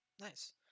nice